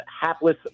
hapless